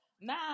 Now